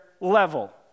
level